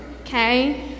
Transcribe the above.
okay